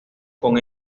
con